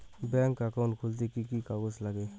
Bank account খুলতে কি কি কাগজ লাগে?